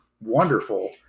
wonderful